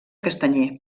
castanyer